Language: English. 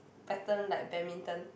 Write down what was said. pattern like badminton